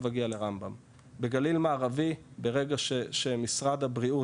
בגליל מערבי ברגע שמשרד הבריאות,